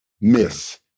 Miss